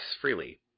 freely